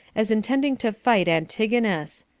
as intending to fight antigonus.